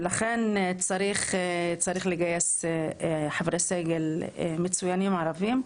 ולכן צריך לגייס חברי סגל מצוינים ערבים.